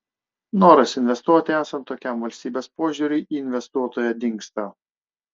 noras investuoti esant tokiam valstybės požiūriui į investuotoją dingsta